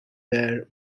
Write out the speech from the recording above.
bear